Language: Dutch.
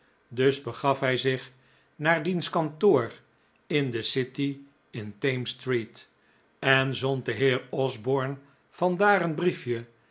dus begaf hij zich naar diens kantoor in de city in thames street en zond den heer osborne vandaar een brief